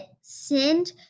send